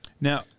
Now